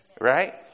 Right